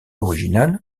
original